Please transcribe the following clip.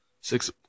Six